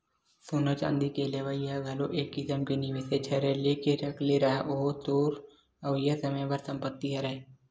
सोना चांदी के लेवई ह घलो एक किसम के निवेसेच हरय लेके रख ले रहा ओहा तोर अवइया समे बर संपत्तिच हरय